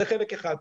זה חלק אחד.